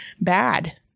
bad